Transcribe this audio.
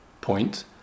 point